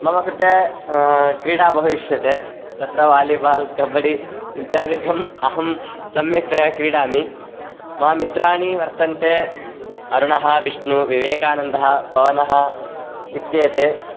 मम कृते क्रीडा बहु इष्यते तत्र वालिबाल् कब्बडि इत्यादिकम् अहं सम्यक्तया क्रीडामि मम मित्राणि वर्तन्ते अरुणः विष्णु विवेकानन्दः पवनः इत्येते